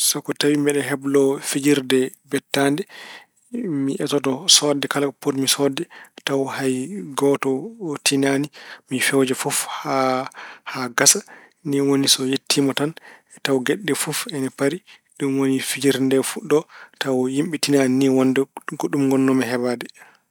So ko tawi mbeɗa heblo fijirde bettaade, mi etoto soodde kala ko potmi soodde tawa hay gooto tinaani. Mi feewja fof haa gasa. Ni woni so yettiima tan, taw geɗe ɗe fof ina pari. Ni woni fijirde nde fuɗɗo tawa yimɓe tinaani ni wonde ko ɗum ngonnoomi hebaade.